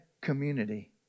community